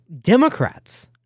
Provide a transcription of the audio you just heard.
Democrats